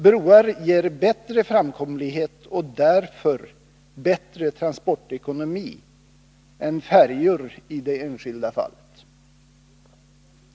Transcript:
Broar ger bättre framkomlighet och därför bättre transportekonomi än färjor i det enskilda fallet.